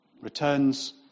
returns